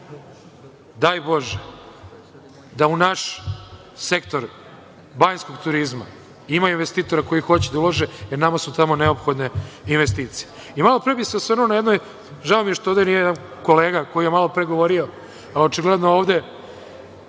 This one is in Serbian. daj Bože da u naš sektor banjskog turizma ima investitora koji hoće da ulože, jer nama su tamo neophodne investicije. Osvrnuo bih se na jedno, žao mi je što ovde nije jedan kolega koji je malopre govorio. Očigledno ovde